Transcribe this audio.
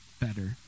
better